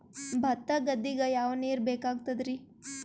ಭತ್ತ ಗದ್ದಿಗ ಯಾವ ನೀರ್ ಬೇಕಾಗತದರೀ?